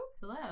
Hello